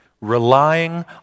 relying